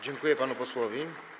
Dziękuję panu posłowi.